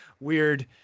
weird